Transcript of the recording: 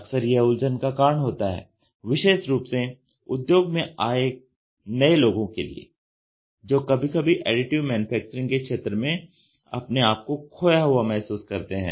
अक्सर यह उलझन का कारण होता है विशेष रूप से उद्योग में आए नए लोगों के लिए जो कभी कभी एडिटिव मैन्युफैक्चरिंग के क्षेत्र में अपने आप को खोया हुआ महसूस करते है